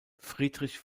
friedrich